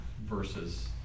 versus